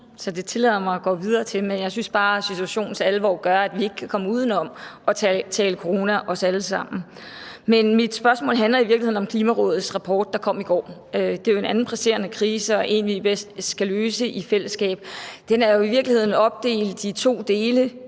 så det tillader jeg mig at gå videre til, men jeg synes bare, at situationens alvor gør, at vi alle sammen ikke kan komme uden om at tale corona. Men mit spørgsmål handler i virkeligheden om Klimarådets rapport, der kom i går, og det er jo en anden presserende krise og en krise, som vi bedst kan løse i fællesskab, og den er i virkeligheden opdelt i to dele.